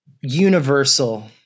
universal